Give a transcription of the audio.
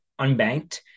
unbanked